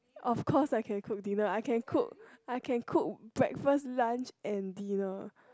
of course I can cook dinner I can cook I can cook breakfast lunch and dinner